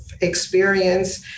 experience